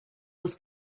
was